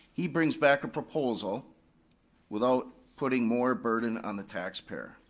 he brings back a proposa without putting more burden on the taxpayer.